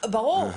ברור,